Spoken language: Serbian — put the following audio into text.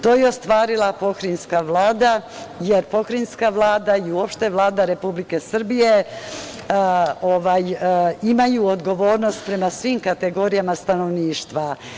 To je ostvarila Pokrajinska vlada, jer Pokrajinska vlada i uopšte Vlada Republike Srbije imaju odgovornost prema svim kategorijama stanovništva.